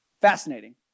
Fascinating